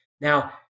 Now